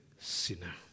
sinner